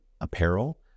apparel